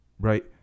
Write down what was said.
Right